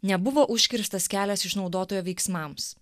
nebuvo užkirstas kelias išnaudotojo veiksmams